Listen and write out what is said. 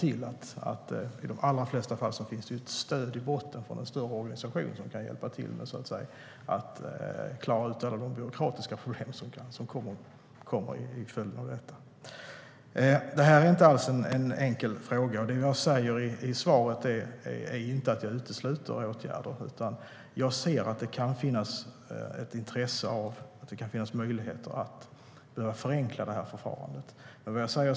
I de allra flesta fall finns alltså ett stöd i botten från en större organisation som kan hjälpa till med de byråkratiska problem som följer på detta. Det är alls ingen enkel fråga. Jag säger inte i svaret att jag utesluter åtgärder utan att jag ser att det kan finnas ett intresse av och möjlighet att förenkla förfarandet.